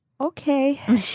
Okay